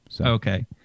okay